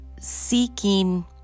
seeking